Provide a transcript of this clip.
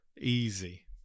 Easy